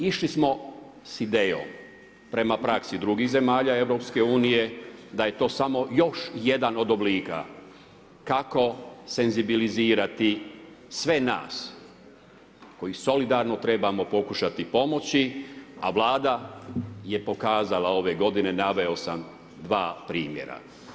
Išli smo s idejom prema praksi drugih zemalja EU-a da je to samo još jedan od oblika kako senzibilizirati sve nas koji solidarno trebamo pokušati pomoći a Vlada je pokazala ove godine, naveo sam dva primjera.